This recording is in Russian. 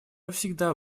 всегда